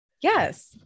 Yes